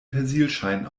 persilschein